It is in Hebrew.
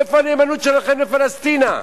איפה הנאמנות שלכם לפלסטינה?